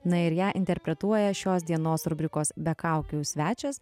na ir ją interpretuoja šios dienos rubrikos be kaukių svečias